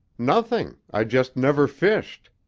nothing. i just never fished.